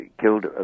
killed